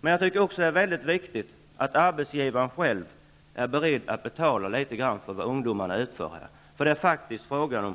Men det är också viktigt att arbetsgivaren är beredd att betala åtminstone en liten del själv för det arbete som ungdomarna utför. I många fall är det faktiskt fråga